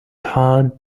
hard